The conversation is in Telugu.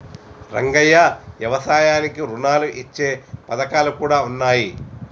రంగయ్య యవసాయానికి రుణాలు ఇచ్చే పథకాలు కూడా ఉన్నాయి